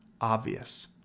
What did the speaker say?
obvious